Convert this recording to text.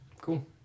Cool